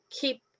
keep